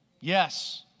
Yes